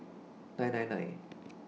nine nine nine